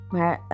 Maar